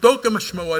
פשוטו כמשמעו.